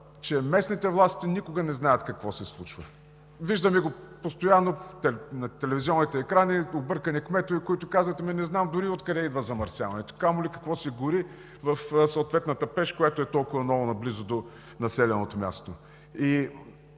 че местните власти никога не знаят какво се случва. Виждаме го постоянно на телевизионните екрани – объркани кметове, които казват: „ами, не знам дори откъде идва замърсяването“, камо ли какво се гори в съответната пещ, която е толкова наблизо до населеното място.